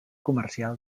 comercial